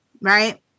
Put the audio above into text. right